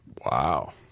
Wow